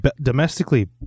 Domestically